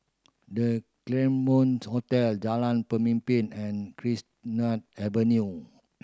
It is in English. The Claremont Hotel Jalan Pemimpin and Chestnut Avenue